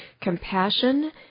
compassion